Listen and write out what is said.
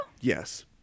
Yes